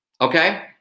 okay